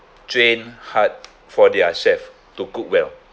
train hard for their chef to cook well